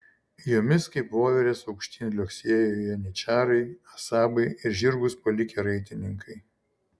jomis kaip voverės aukštyn liuoksėjo janyčarai asabai ir žirgus palikę raitininkai